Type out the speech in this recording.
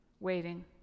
Waiting